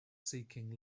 seeking